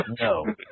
No